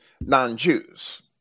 non-Jews